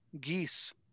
geese